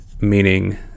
meaning